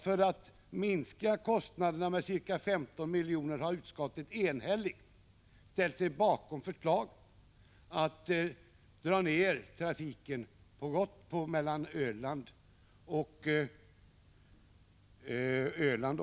För att minska kostnaderna med ca 15 miljoner har utskottet enhälligt ställt sig bakom förslaget att dra ned trafiken mellan Öland och Gotland.